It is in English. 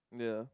yeah